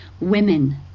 women